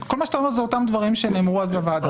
כל מה שאתה אומר זה אותם דברים שנאמרו אז בוועדה.